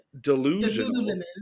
Delusion